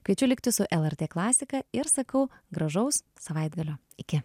kviečiu likti su lrt klasika ir sakau gražaus savaitgalio iki